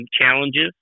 challenges